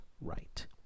right